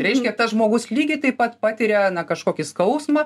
reiškia tas žmogus lygiai taip pat patiria kažkokį skausmą